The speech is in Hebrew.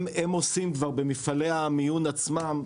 הם עושים כבר במפעלי המיון עצמם,